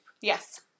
Yes